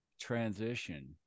transition